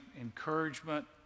encouragement